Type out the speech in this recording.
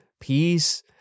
peace